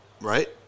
Right